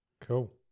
Cool